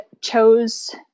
chose